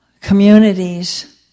communities